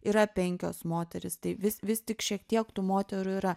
yra penkios moterys tai vis vis tik šiek tiek tų moterų yra